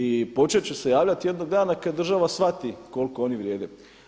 I počet će se javljati jednog dana kada država shvati koliko oni vrijede.